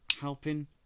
helping